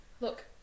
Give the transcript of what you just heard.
look